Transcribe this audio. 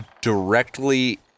directly